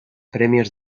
premios